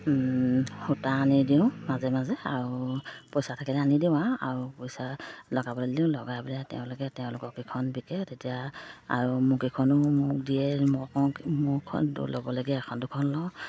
সূতা আনি দিওঁ মাজে মাজে আৰু পইচা থাকিলে আনি দিওঁ আৰু আৰু পইচা লগাবলৈ দিওঁ লগাই পেলাই তেওঁলোকে তেওঁলোকক কেইখন বিকে তেতিয়া আৰু মোক কেইখনো মোক দিয়ে ল'ব লাগে এখন দুখন লওঁ